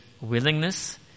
willingness